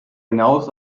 hinaus